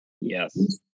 Yes